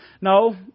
No